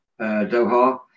Doha